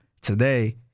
today